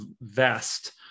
vest